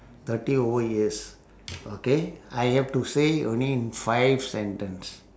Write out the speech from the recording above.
thirty over years okay I have to say only in five sentence